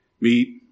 meet